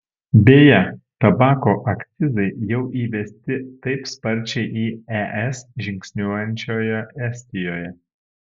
beje tabako akcizai jau įvesti taip sparčiai į es žingsniuojančioje estijoje